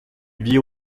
vit